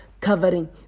covering